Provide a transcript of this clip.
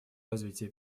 развития